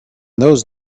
those